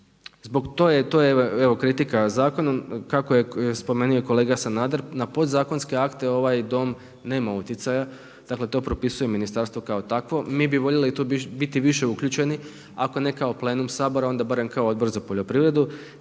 To je evo kritika zakonu, kako je spomenuo kolega Sanader, na podzakonske akte ovaj Dom nema utjecaja, dakle to prepisujem ministarstvu kao takvom. Mi bi voljeli tu biti više uključeni, ako ne kao plenum Sabora, onda barem kao Odbor za poljoprivredu,